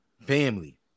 family